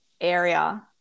area